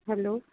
hello